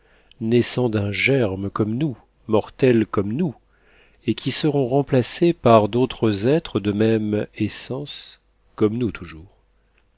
naissant d'un germe comme nous mortels comme nous et qui seront remplacés par d'autres êtres de même essence comme nous toujours